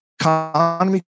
economy